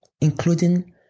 including